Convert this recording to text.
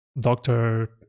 doctor